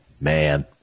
man